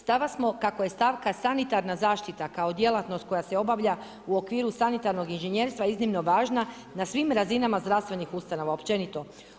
Stava smo kako je stavka sanitarna zaštita kao djelatnost koja se obavlja u okviru sanitarnog inžinjerstva iznimno važna na svim razinama zdravstvenih ustanova općenito.